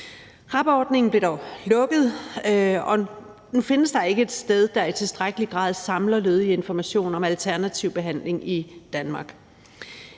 RAB-ordningen blev dog lukket, og nu findes der ikke et sted, der i tilstrækkelig grad samler lødig information om alternativ behandling i Danmark.